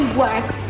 work